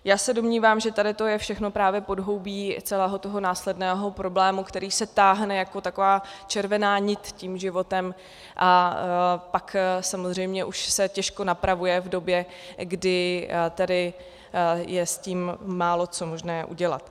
Já se domnívám, že tady to je všechno právě podhoubí celého toho následného problému, který se táhne jako taková červená nit tím životem, a pak samozřejmě už se těžko napravuje v době, kdy tady je s tím máloco možné udělat.